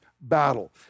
battle